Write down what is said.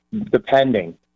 depending